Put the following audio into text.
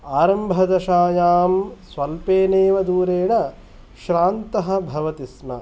आरम्भदशायां स्वल्पेनेव दूरेण श्रान्तः भवति स्म